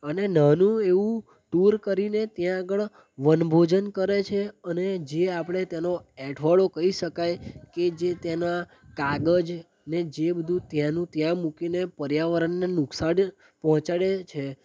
અને નાનું એવું ટુર કરીને ત્યાં આગળ વનભોજન કરે છે અને જે આપણે તેનો એંઠવાડો કહી શકાય કે જે તેના કાગળ ને જે બધું ત્યાં ને ત્યાં મૂકીને પર્યાવરણને નુકશાન પહોંચાડે છે